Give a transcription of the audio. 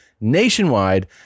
nationwide